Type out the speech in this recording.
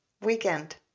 weekend